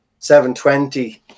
720